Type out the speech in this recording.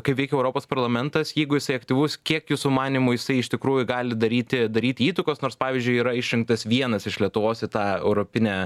kaip veikia europos parlamentas jeigu jisai aktyvus kiek jūsų manymu jisai iš tikrųjų gali daryti daryti įtakos nors pavyzdžiui yra išrinktas vienas iš lietuvos į tą europinę